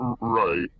Right